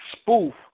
spoof